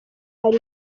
hari